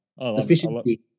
Efficiency